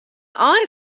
ein